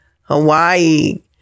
Hawaii